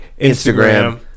Instagram